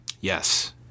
yes